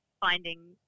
finding